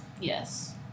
Yes